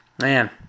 Man